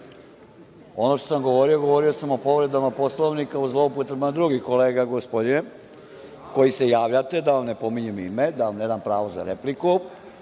Ono što sam govorio, govorio sam o povredama Poslovnika, o zloupotrebama drugih kolega, gospodine koji se javljate, da vam ne pominjem ime da vam ne dam pravo za repliku.